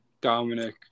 Dominic